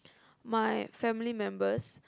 my family members